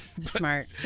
Smart